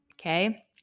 Okay